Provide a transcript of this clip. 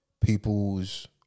people's